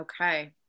Okay